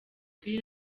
kuri